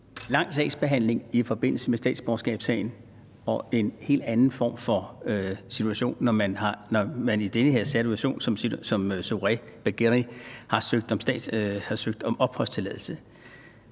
lang sagsbehandlingstid i forbindelse med statsborgerskabssagen og en helt anden form for situation, når man som Zohreh Bageri har søgt om opholdstilladelse